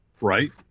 Right